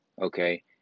okay